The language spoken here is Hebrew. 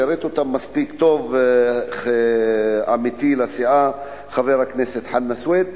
פירט אותם מספיק טוב עמיתי לסיעה חבר הכנסת חנא סוייד,